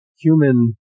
human